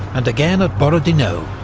and again at borodino,